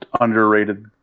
underrated